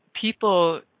people